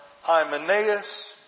Hymenaeus